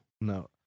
No